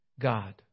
God